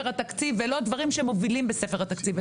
התקציב ולא דברים שהמובילים בספר התקציב?